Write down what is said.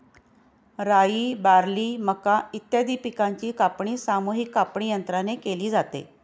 राई, बार्ली, मका इत्यादी पिकांची कापणी सामूहिक कापणीयंत्राने केली जाते